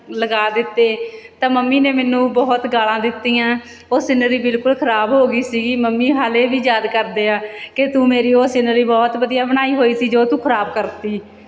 ਲਗਾ ਦਿੱਤੇ ਤਾਂ ਮੰਮੀ ਨੇ ਮੈਨੂੰ ਬਹੁਤ ਗਾਲਾਂ ਦਿੱਤੀਆਂ ਉਹ ਸਿਨਰੀ ਬਿਲਕੁਲ ਖ਼ਰਾਬ ਹੋ ਗਈ ਸੀਗੀ ਮੰਮੀ ਹਾਲੇ ਵੀ ਯਾਦ ਕਰਦੇ ਆ ਕਿ ਤੂੰ ਮੇਰੀ ਉਹ ਸਿਨਰੀ ਬਹੁਤ ਵਧੀਆ ਬਣਾਈ ਹੋਈ ਸੀ ਜੋ ਤੂੰ ਖ਼ਰਾਬ ਕਰਤੀ